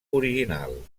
original